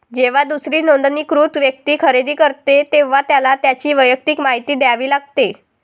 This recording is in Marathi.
जेव्हा दुसरी नोंदणीकृत व्यक्ती खरेदी करते, तेव्हा त्याला त्याची वैयक्तिक माहिती द्यावी लागते